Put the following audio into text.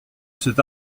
cet